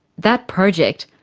that project,